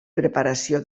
preparació